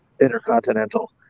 Intercontinental